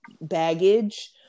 baggage